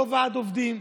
לא ועד עובדים,